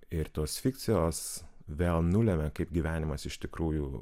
ir tos fikcijos vėl nulemia kaip gyvenimas iš tikrųjų